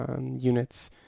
units